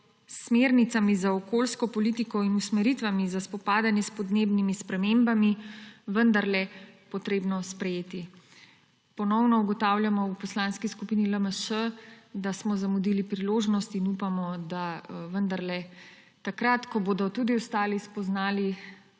smernicami za okoljsko politiko in usmeritvami za spopadanje s podnebnimi spremembami vendarle treba sprejeti. Ponovno ugotavljamo v Poslanski skupini LMŠ, da smo zamudili priložnost, in upamo, da vendarle takrat, ko bodo tudi ostali spoznali,